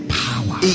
power